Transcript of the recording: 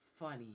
funny